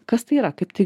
kas tai yra kaip tai